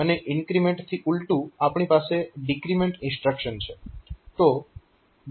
અને ઇન્ક્રીમેન્ટથી ઉલટું આપણી પાસે ડિક્રીમેન્ટ ઇન્સ્ટ્રક્શન છે